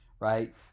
right